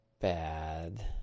bad